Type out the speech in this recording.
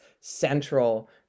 central